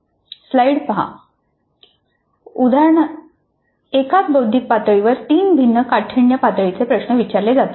उदाहरणः एकाच बौद्धिक पातळीवर तीन भिन्न काठिण्य पातळीचे प्रश्न विचारले जातात